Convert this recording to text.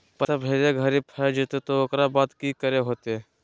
पैसा भेजे घरी फस जयते तो ओकर बाद की करे होते?